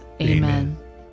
Amen